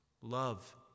Love